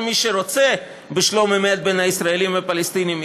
כל מי שרוצה בשלום אמת בין הישראלים לפלסטינים,